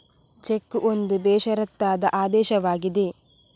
check ಒಂದು ಬೇಷರತ್ತಾದ ಆದೇಶವಾಗಿದೆ